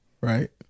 Right